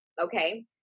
Okay